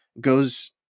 goes